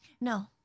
No